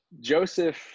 Joseph